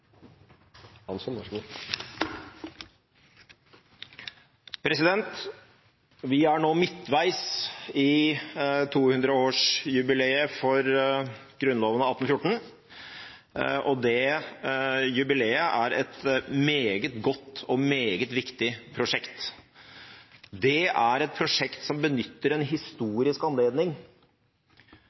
nå midtveis i 200-årsjubileet for Grunnloven av 1814, og det jubileet er et meget godt og meget viktig prosjekt. Det er et prosjekt som benytter en historisk anledning